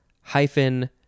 hyphen